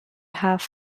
have